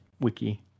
wiki